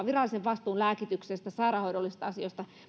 virallisen vastuun lääkityksestä ja muista sairaanhoidollisista asioista kantava